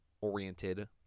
oriented